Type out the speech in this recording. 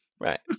Right